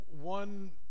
one